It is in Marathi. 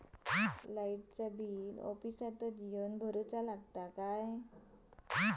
लाईटाचा बिल ऑफिसातच येवन भरुचा लागता?